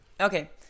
Okay